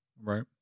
Right